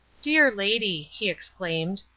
dear lady, he exclaimed,